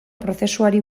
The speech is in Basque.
prozesuari